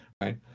right